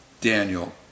Daniel